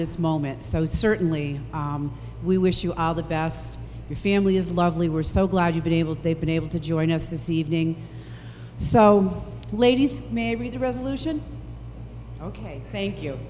this moment so certainly we wish you all the best your family is lovely we're so glad you've been able to have been able to join us this evening so ladies maybe the resolution ok thank you